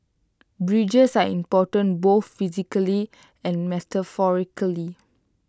bridges are important both physically and metaphorically